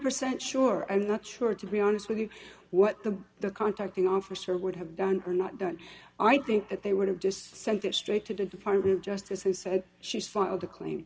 percent sure and not sure to be honest with you what the the contracting officer would have done or not done i think that they would have just sent it straight to the department of justice who said she's filed